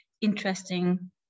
interesting